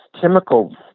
chemical